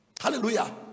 Hallelujah